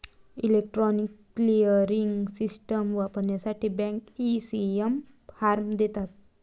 electronic clearing system वापरण्यासाठी bank, ECS form देतात